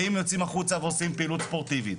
האם הם יוצאים החוצה ועושים פעילויות ספורטיביות,